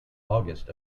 august